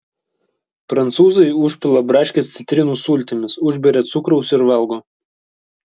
prancūzai užpila braškes citrinų sultimis užberia cukraus ir valgo